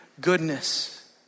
Goodness